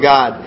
God